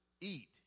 eat